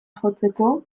jotzeko